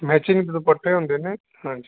matching ਦੁਪੱਟੇ ਹੁੰਦੇ ਨੇ ਹਾਂਜੀ